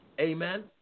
Amen